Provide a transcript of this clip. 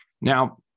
Now